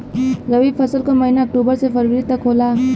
रवी फसल क महिना अक्टूबर से फरवरी तक होला